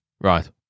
Right